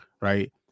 Right